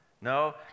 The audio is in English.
no